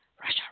Russia